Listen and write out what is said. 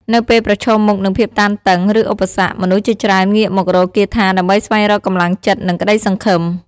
នៅពេលប្រឈមមុខនឹងភាពតានតឹង ឬឧបសគ្គ មនុស្សជាច្រើនងាកមករកគាថាដើម្បីស្វែងរកកម្លាំងចិត្តនិងក្តីសង្ឃឹម។